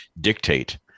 dictate